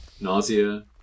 nausea